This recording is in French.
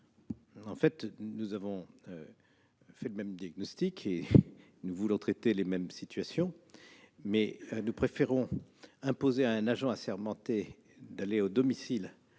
? Nous avons fait le même diagnostic et nous voulons traiter cette situation, mais nous préférons imposer à un agent assermenté le déplacement au domicile